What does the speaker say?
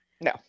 No